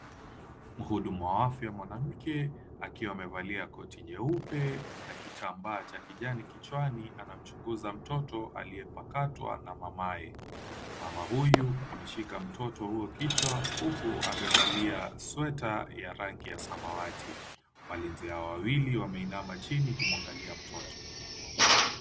Mhudumu wa afya mwanamke akiwa amevalia koti jeupe na kitambaa cha kijani kichwani, anamchunguza mtoto aliyepakatwa na mamaye. Mama huyu ameshika mtoto huyo kichwa, huku amevalia sweta ya rangi ya samawati. Walinzi hawa wawili wameinama chini kumwangalia mtoto.